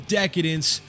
decadence